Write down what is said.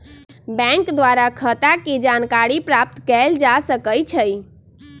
bank द्वारा खता के जानकारी प्राप्त कएल जा सकइ छइ